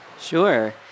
Sure